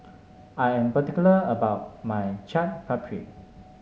I am particular about my Chaat Papri